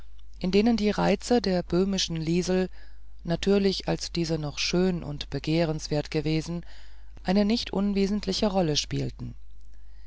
in denen die reize der böhmischen liesel natürlich als diese noch schön und begehrenswert gewesen eine nicht unwesentliche rolle spielten